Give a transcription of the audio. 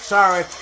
Sorry